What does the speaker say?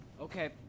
Okay